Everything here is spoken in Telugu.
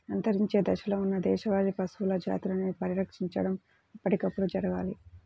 అంతరించే దశలో ఉన్న దేశవాళీ పశువుల జాతులని పరిరక్షించడం ఎప్పటికప్పుడు జరగాలి